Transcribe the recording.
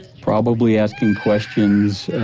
probably asking questions